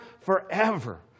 forever